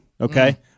Okay